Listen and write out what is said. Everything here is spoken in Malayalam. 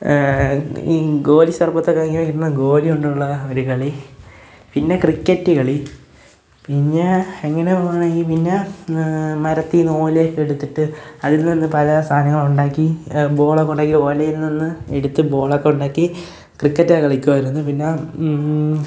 ഈ ഗോലി സർബത്തൊക്കെ ഇങ്ങനെ കിട്ടുന്ന ഗോലി കൊണ്ടുള്ള ഒരു കളി പിന്നെ ക്രിക്കറ്റ് കളി പിന്നെ എങ്ങനെ പോവുകയാണെങ്കിൽ പിന്നെ മരത്തിൽനിന്ന് ഓല എടുത്തിട്ട് അതിൽനിന്ന് പഴയ സാധനങ്ങൾ ഉണ്ടാക്കി ബോളൊക്കെ ഉണ്ടാക്കി ഓലയിൽനിന്ന് എടുത്ത് ബോളൊക്കെ ഉണ്ടാക്കി ക്രിക്കറ്റൊക്കെ കളിക്കുമായിരുന്നു പിന്നെ